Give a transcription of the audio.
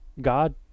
god